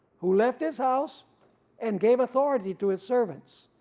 who left his house and gave authority to his servants,